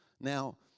Now